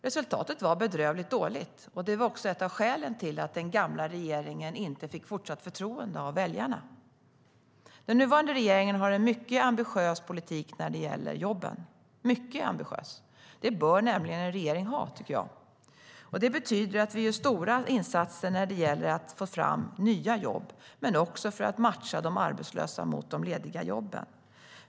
Resultatet var bedrövligt dåligt, vilket också är ett av skälen till att den tidigare regeringen inte fick fortsatt förtroende av väljarna. Den nuvarande regeringen har en mycket ambitiös politik när det gäller jobben - mycket ambitiös. Det bör nämligen en regering ha, tycker jag. Det betyder att vi gör stora insatser när det gäller att få fram nya jobb och även för att matcha de arbetslösa mot de lediga jobben.